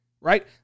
right